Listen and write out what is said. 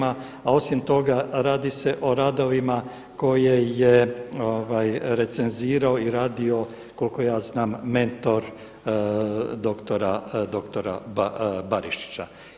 A osim toga radi se o radovima koje je recenzirao i radio koliko ja znam mentor doktora Barišića.